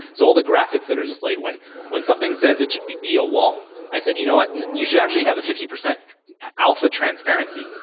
so all the graphics that are displayed. when when something says it should be be a wall, i said you know what? and you should actually have a fifty percent alpha transparency.